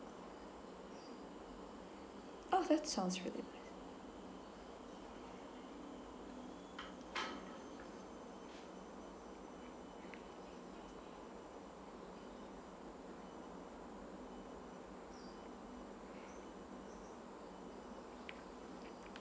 oh that sounds really nice